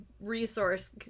resource